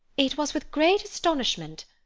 it was with great astonishment,